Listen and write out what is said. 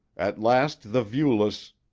at last the viewless